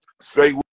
Straight